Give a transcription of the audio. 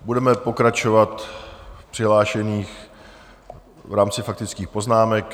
Budeme pokračovat v přihlášených v rámci faktických poznámek.